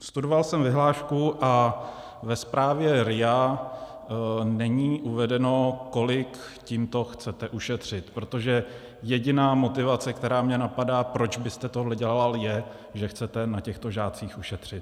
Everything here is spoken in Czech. Studoval jsem vyhlášku a ve zprávě RIA není uvedeno, kolik tímto chcete ušetřit, protože jediná motivace, která mě napadá, proč byste tohle dělal, je, že chcete na těchto žácích ušetřit.